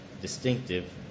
distinctive